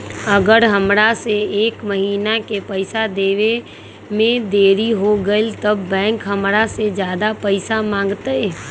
अगर हमरा से एक महीना के पैसा देवे में देरी होगलइ तब बैंक हमरा से ज्यादा पैसा मंगतइ?